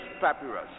Papyrus